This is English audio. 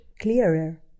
clearer